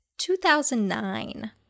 2009